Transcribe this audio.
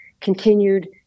continued